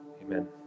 Amen